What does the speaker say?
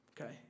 Okay